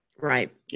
Right